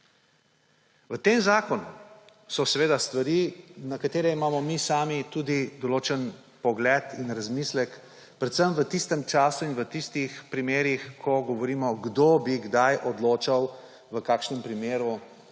V tem zakonu so stvari, na katere imamo mi sami tudi določen pogled in razmislek predvsem v tistem času in v tistih primerih, ko govorimo, kdo bi kdaj odločal v kakšnem primeru